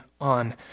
on